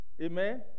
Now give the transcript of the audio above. Amen